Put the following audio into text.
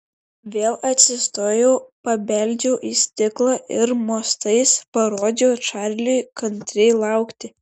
vėl atsistojau pabeldžiau į stiklą ir mostais parodžiau čarliui kantriai laukti